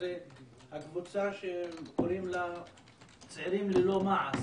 זו הקבוצה שקוראים לה צעירים ללא מעש